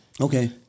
okay